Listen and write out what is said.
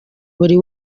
buri